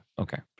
Okay